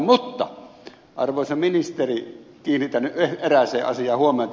mutta arvoisa ministeri kiinnitän erääseen asiaan huomiota